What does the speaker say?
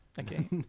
okay